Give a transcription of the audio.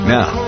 Now